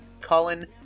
Colin